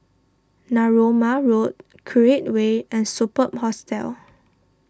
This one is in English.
Narooma Road Create Way and Superb Hostel